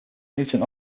newton